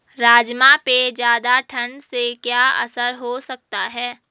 राजमा पे ज़्यादा ठण्ड से क्या असर हो सकता है?